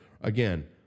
again